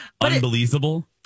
unbelievable